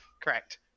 Correct